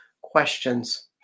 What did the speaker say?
questions